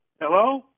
Hello